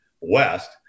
West